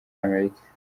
amerika